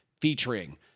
featuring